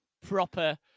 proper